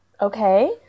Okay